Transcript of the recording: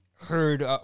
heard